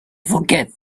forget